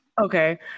okay